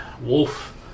Wolf